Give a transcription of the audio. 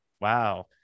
Wow